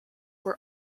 were